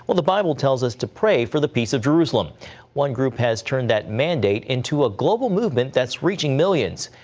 the bible tells us to pray for the peace of jerusalem one group has turned that mandate into a global movement that's reaching millions.